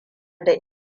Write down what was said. da